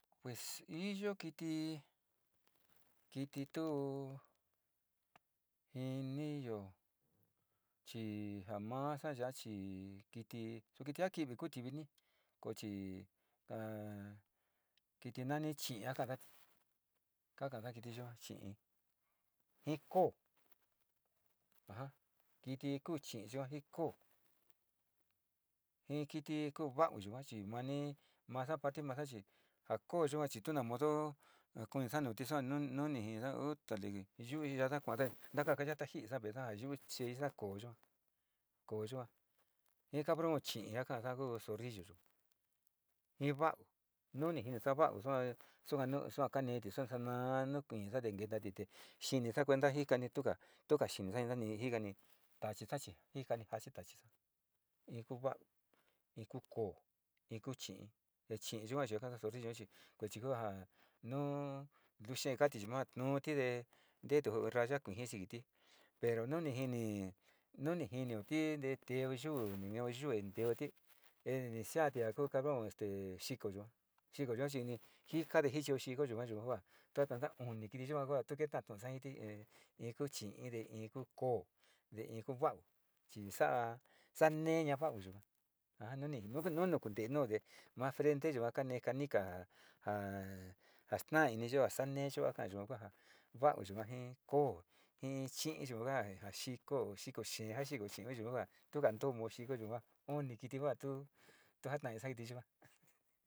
Pues iyo kiti, kiti tuo, jiniyo chii ja masa ya chi kiti su kiti ja kivia kuti vi nii ko chi a kiti nani chi'ii kanati kakana kiti yua chi'i, ji koo a ja kiti ku chi'i ji koo, jii ku va'au chi mani parte ma'asa chi ja koo yua chi tu na modo kuniti nusa nasaa nu nijinisa utale te yu isa te kua'a sa na kaka yata ji'inisa veesa jaa yu'u keesa koo yua koo yua ji cabron chi'ii kasa zorrillo yua, ji ka'au nunijini sa va'au yua suka nu kaniiti sua sanaa nu ki'isa ni kenta ti te xinisa kuenta jikani tuka xinisa tuka, tuka xinisa jikani tachi taasi jikani jachi tachisa in kuu va'au, in kuu koo, in kuu chi'i te chi'i yuka kasoo yuachi kuechi ku ja nu luu xee kati nuuti dee teetu in raya kuiji sikitii pero nu ni jini, nu ni jinioti te teo yuu, ni teo yuu teoti ni sa'ati ja ku cabron te xiko yua, xiko yua chi uni jika jichio jiti, in kuu chi'ii in ku koo te in kuu va'au ni sa'a sa'a neena va'ao yo a ja nu ni, nuni kuntee te ma frente va'au yua ji koo ji chi'ii yuka ja xiko, xiko xee xiko chi'ii yuka tu ka tu mao xiko yuka uni kiti tu, tu jataisa kiti yuka.